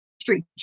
street